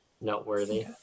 Noteworthy